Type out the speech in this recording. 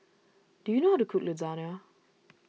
do you know how to cook Lasagna